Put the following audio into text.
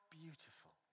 beautiful